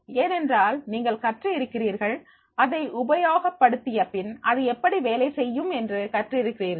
ஏனென்றால் நீங்கள் கற்று இருக்கிறீர்கள் அதை உபயோகப்படுத்திய பின் அது எப்படி வேலை செய்யும் என்று கற்றிருக்கிறீர்கள்